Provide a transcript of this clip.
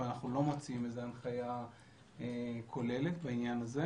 אבל אנחנו לא מוציאים איזה הנחיה כוללת או מחייבת